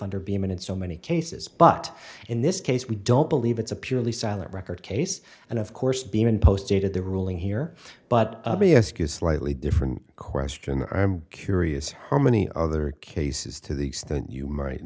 under be imminent so many cases but in this case we don't believe it's a purely silent record case and of course being in post dated the ruling here but yes q slightly different question i'm curious how many other cases to the extent you might